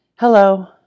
Hello